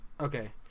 Okay